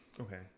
okay